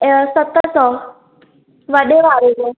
सत सौ वॾे वारे जो